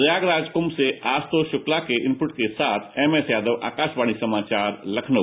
प्रयागराज कुंम से आशुतोष शुक्ला के इनपुट के साथ एमएस यादव आकाशवाणी समाचार लखनऊ